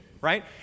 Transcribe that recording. right